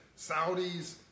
Saudis